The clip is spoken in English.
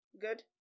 good